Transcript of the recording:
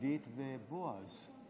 היושב-ראש,